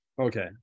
Okay